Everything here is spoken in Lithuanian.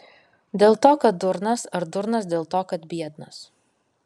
dėl to kad durnas ar durnas dėl to kad biednas